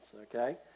okay